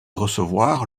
recevoir